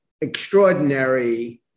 extraordinary